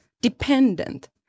dependent